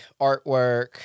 artwork